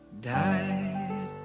died